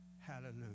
hallelujah